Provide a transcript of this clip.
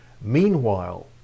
Meanwhile